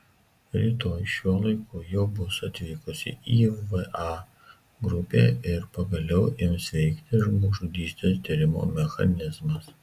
rytoj šiuo laiku jau bus atvykusi įva grupė ir pagaliau ims veikti žmogžudystės tyrimo mechanizmas